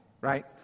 Right